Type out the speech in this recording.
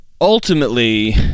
Ultimately